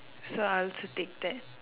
so I also take that